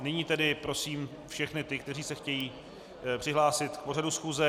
Nyní tedy prosím všechny ty, kteří se chtějí přihlásit k pořadu schůze.